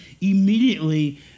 immediately